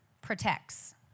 protects